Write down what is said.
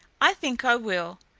i think i will,